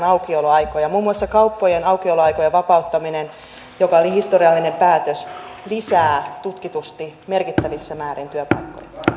muun muassa kauppojen aukioloaikojen vapauttaminen joka oli historiallinen päätös lisää tutkitusti merkittävissä määrin työpaikkoja